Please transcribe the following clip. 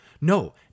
no